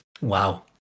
Wow